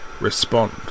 respond